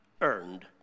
earned